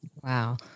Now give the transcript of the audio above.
Wow